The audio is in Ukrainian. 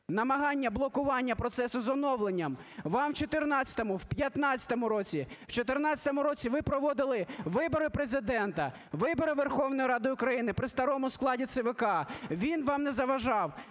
намагання блокування процесу з оновленням. Вам в 14-му, в 15-му році… в 14-му році ви проводили вибори Президента, вибори Верховної Ради України при старому складі ЦВК, він вам не заважав.